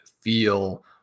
feel